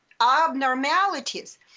abnormalities